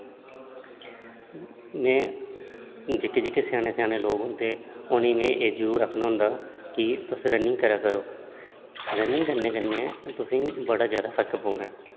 में जेह्के जेह्के स्याने स्याने लोक होंदे उ'नेंगी में एह् जरूर आक्खना होंदा कि तुस रनिंग करा करो रनिंग करने कन्नै तुसेंगी बड़ा ज्यादा फर्क पौना ऐ